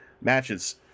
matches